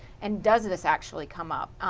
and does this actually come up?